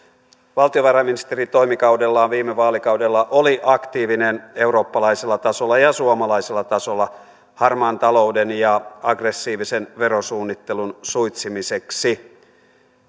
valtiovarainministeritoimikaudellaan viime vaalikaudella oli aktiivinen eurooppalaisella tasolla ja suomalaisella tasolla harmaan talouden ja aggressiivisen verosuunnittelun suitsimiseksi